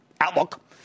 outlook